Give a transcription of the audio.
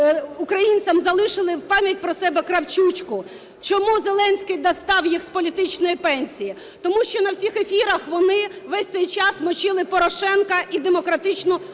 українцям залишили в пам'ять про себе "кравчучку". Чому Зеленський достав їх з "політичної пенсії"? Тому що на всіх ефірах вони весь цей час "мочили" Порошенка і демократичну